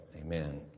Amen